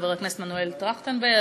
חבר הכנסת מנואל טרכטנברג,